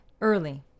Early